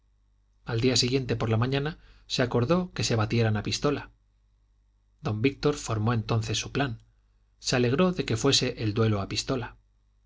al siguiente por la mañana se acordó que se batieran a pistola don víctor formó entonces su plan se alegró de que fuese el duelo a pistola